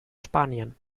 spanien